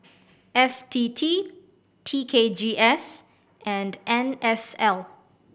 F T T T K G S and N S L